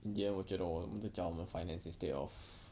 in the end 我觉得我们在讲我们 finance instead of